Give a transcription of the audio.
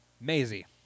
Maisie